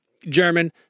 German